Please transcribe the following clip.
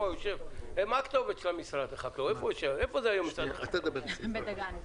עכשיו חבר הכנסת רם בן ברק (יש עתיד תל"ם).